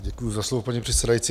Děkuji za slovo, paní předsedající.